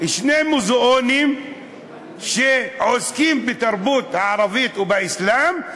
שני מוזיאונים שעוסקים בתרבות הערבית ובאסלאם.